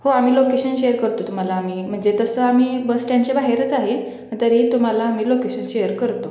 हो आम्ही location share करतो तुम्हाला आम्ही म्हणजे तसं आम्ही बसस्टॅण्डच्या बाहेरच आहे तरी तुम्हाला आम्ही लोकेशन शेअर करतो